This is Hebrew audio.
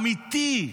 אמיתי,